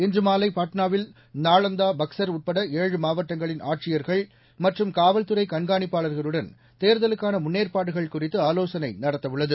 இன்று மாலை பாட்னாவில் நாளந்தா பக்ஸர் உட்பட ஏழு மாவட்டங்களின் ஆட்சியர்கள் மற்றும் காவல்துறை கண்காணிப்பாளர்களுடன் தேர்தலுக்காள முன்னேற்பாடுகள் குறித்து நடத்தவுள்ளது